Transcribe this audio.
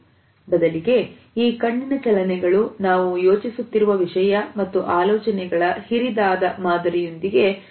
ಬದಲಿಗೆ ಈ ಕಣ್ಣಿನ ಚಲನೆಗಳು ನಾವು ಯೋಚಿಸುತ್ತಿರುವ ವಿಷಯ ಮತ್ತು ಆಲೋಚನೆಗಳ ಹಿರಿದಾದ ಮಾದರಿಯೊಂದಿಗೆ ಸಂಬಂಧ ಹೊಂದಿರುತ್ತವೆ